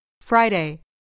Friday